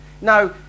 Now